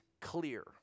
clear